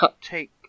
take